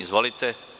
Izvolite.